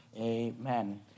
Amen